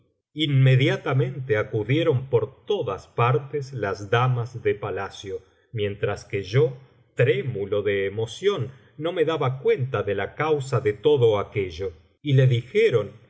inmediatamente acudieron por todas partes las damas de palacio mientras que yo trémulo de emoción no me daba cuenta de la causa de todo aquello y le dijeron